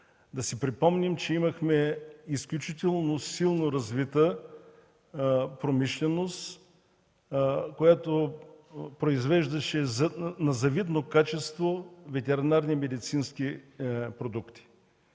да си припомним, че имахме изключително силно развита промишленост, която произвеждаше на завидно качество ветеринарни медицински продукти,